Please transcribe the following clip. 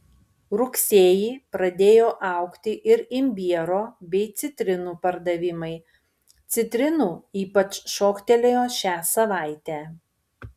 rugsėjį pradėjo augti ir imbiero bei citrinų pardavimai citrinų ypač šoktelėjo šią savaitę